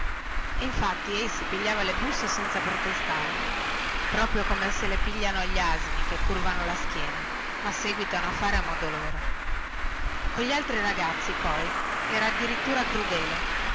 e infatti ei si pigliava le busse senza protestare proprio come se le pigliano gli asini che curvano la schiena ma seguitano a fare a modo loro cogli altri ragazzi poi era addirittura crudele